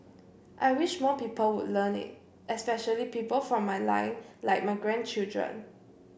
I wish more people will learn it especially people from my line like my grandchildren